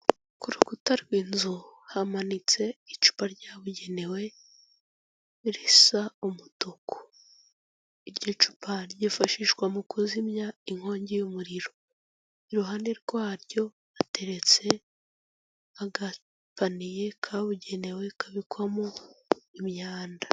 Ku rukuta rw'inzu hamanitse icupa ryabugenewe risa umutuku, iryo cupa ryifashishwa mu kuzimya inkongi y'umuriro, iruhande rwaryo hateretse agapaniye kabugenewe kabikwamo imyanda.